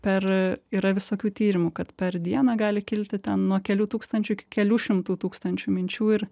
per yra visokių tyrimų kad per dieną gali kilti ten nuo kelių tūkstančių iki kelių šimtų tūkstančių minčių ir